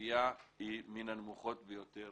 שהגבייה ברשות המקומית היא מן הנמוכות ביותר,